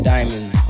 Diamonds